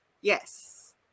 yes